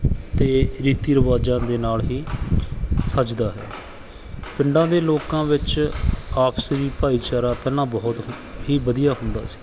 ਅਤੇ ਰੀਤੀ ਰਿਵਾਜ਼ਾਂ ਦੇ ਨਾਲ ਹੀ ਸੱਜਦਾ ਹੈ ਪਿੰਡਾਂ ਦੇ ਲੋਕਾਂ ਵਿੱਚ ਆਪਸੀ ਭਾਈਚਾਰਾ ਪਹਿਲਾਂ ਬਹੁਤ ਹੀ ਵਧੀਆ ਹੁੰਦਾ ਸੀ